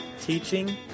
teaching